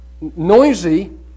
noisy